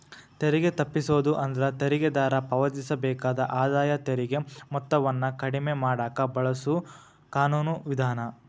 ತೆರಿಗೆ ತಪ್ಪಿಸೋದು ಅಂದ್ರ ತೆರಿಗೆದಾರ ಪಾವತಿಸಬೇಕಾದ ಆದಾಯ ತೆರಿಗೆ ಮೊತ್ತವನ್ನ ಕಡಿಮೆ ಮಾಡಕ ಬಳಸೊ ಕಾನೂನು ವಿಧಾನ